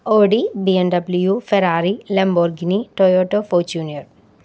Audi B M W Ferrari Lamborghini Toyota Fortuner